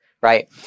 right